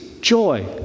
joy